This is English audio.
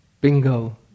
Bingo